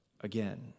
again